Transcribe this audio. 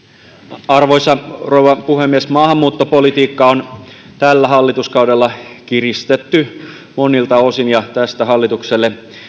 arvoisa rouva puhemies maahanmuuttopolitiikkaa on tällä hallituskaudella kiristetty monilta osin ja tästä hallitukselle